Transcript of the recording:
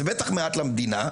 זה בטח מעט למדינה,